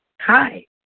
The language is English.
Hi